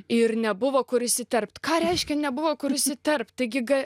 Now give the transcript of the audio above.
ir nebuvo kur įsiterpt ką reiškia nebuvo kur įsiterpt taigi ga